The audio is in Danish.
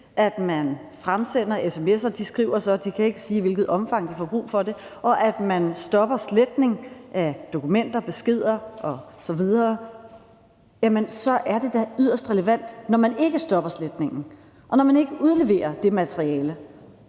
at man fremsender sms'er – og de skriver så, at de ikke kan sige, i hvilket omfang de får brug for det – og at man stopper sletning af dokumenter, beskeder osv., så er det da yderst relevant, når man ikke stopper sletningen og ikke udleverer det materiale,